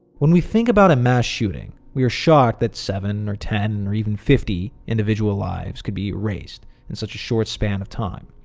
when we think about a mass shooting, we are shocked that seven or ten or even fifty individual lives could be erased in such a short span of time.